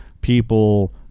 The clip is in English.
people